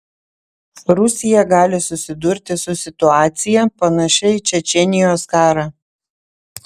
rusija gali susidurti su situacija panašia į čečėnijos karą